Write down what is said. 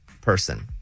person